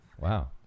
wow